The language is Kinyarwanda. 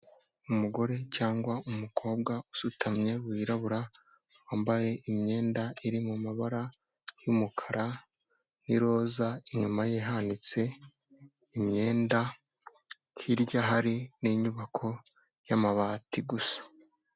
Umugore cyangwa umukobwa usutamye wirabura, wambaye imyenda iri mu mabara y'umukara n'iroza, inyuma ye hanitse imyenda, hirya hari n'inyubako y'amabati gusa.